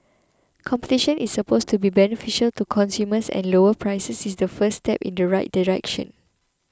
competition is supposed to be beneficial to consumers and lower prices is the first step in the right direction